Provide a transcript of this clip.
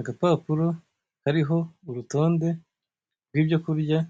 Agapapuro kariho urutonde rw'ibyo kurya